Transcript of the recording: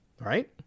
Right